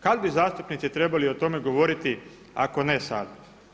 Kada bi zastupnici trebali o tome govoriti ako ne sada?